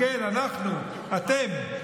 כן, אנחנו, אתם,